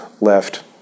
left